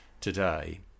today